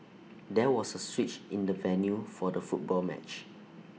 there was A switch in the venue for the football match